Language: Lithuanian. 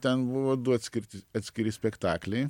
ten buvo du atskirti atskiri spektakliai